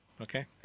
Okay